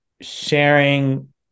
sharing